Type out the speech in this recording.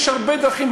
יש הרבה דרכים,